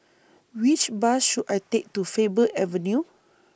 Which Bus should I Take to Faber Avenue